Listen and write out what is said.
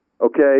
okay